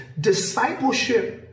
discipleship